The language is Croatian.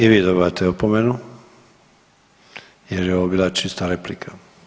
I vi dobivate opomenu jer je ovo bila čista replika.